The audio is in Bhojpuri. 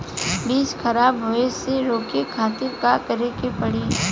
बीज खराब होए से रोके खातिर का करे के पड़ी?